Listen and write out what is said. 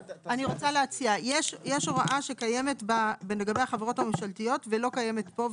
אני רוצה להציע: יש הוראה שקיימת לגבי החברות הממשלתיות ולא קיימת פה,